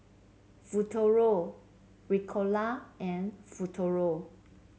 Futuro Ricola and Futuro